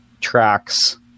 tracks